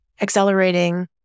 accelerating